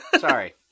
Sorry